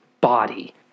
body